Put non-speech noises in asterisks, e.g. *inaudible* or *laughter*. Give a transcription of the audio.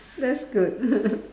that's good *laughs*